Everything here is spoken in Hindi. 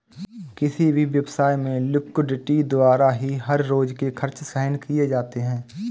किसी भी व्यवसाय में लिक्विडिटी द्वारा ही हर रोज के खर्च सहन किए जाते हैं